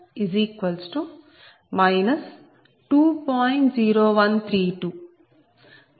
0132